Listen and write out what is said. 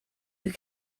you